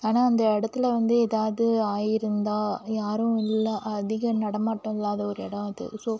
ஆனால் அந்த இடத்துல வந்து ஏதாவது ஆகியிருந்தா யாரும் இல்லை அதிக நடமாட்டம் இல்லாத ஒரு இடம் அது ஸோ